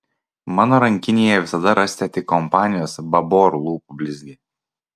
mano rankinėje visada rasite tik kompanijos babor lūpų blizgį